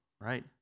right